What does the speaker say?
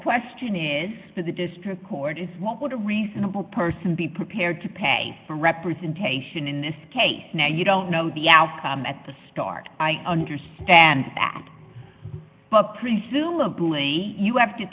question for the district court is what would a reasonable person be prepared to pay for representation in this case now you don't know the outcome at the start i understand that but presumably you have to